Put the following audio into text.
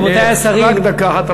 רבותי השרים, רק דקה אחת.